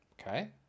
Okay